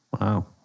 wow